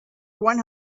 one